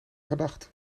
gedacht